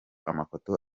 amafoto